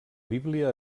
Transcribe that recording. bíblia